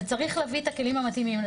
צריך להביא את הכלים המתאימים.